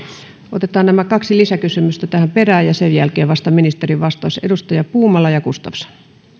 otetaan nämä kaksi lisäkysystä tähän perään ja sen jälkeen vasta ministerin vastaus edustajat puumala ja gustafsson